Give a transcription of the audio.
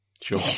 sure